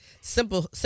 simple